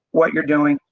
what you're doing,